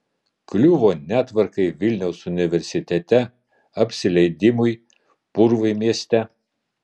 kliuvo netvarkai vilniaus universitete apsileidimui purvui mieste